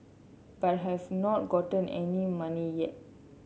but have not gotten any money yet